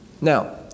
Now